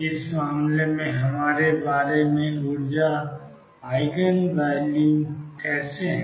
इस मामले में हमारे बारे में ऊर्जा आइगन वैल्यू कैसे हैं